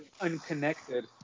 unconnected